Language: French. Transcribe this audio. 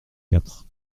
quatre